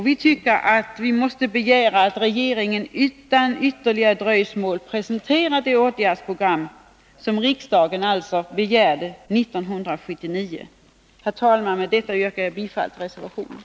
Vi tycker att riksdagen skall begära att regeringen utan ytterligare dröjsmål presenterar det åtgärdsprogram som riksdagen alltså begärde 1979. Herr talman! Med detta yrkar jag bifall till reservationen.